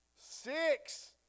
Six